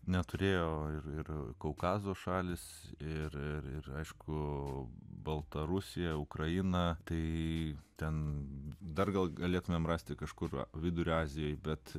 neturėjo ir ir kaukazo šalys ir aišku baltarusija ukraina tai ten dar gal galėtumėm rasti kažkur vidurio azijoje bet